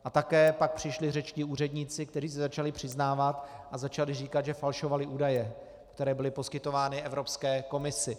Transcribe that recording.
A také pak přišli řečtí úředníci, kteří se začali přiznávat a začali říkat, že falšovali údaje, které byly poskytovány Evropské komisi.